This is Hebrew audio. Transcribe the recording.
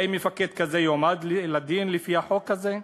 האם מפקד כזה יועמד לדין לפי החוק הזה?